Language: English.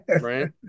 right